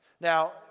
Now